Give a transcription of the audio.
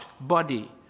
body